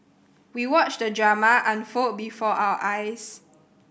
we watched the drama unfold before our eyes